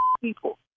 people